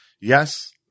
yes